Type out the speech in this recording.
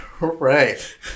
right